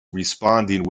responding